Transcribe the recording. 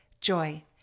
joy